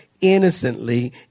innocently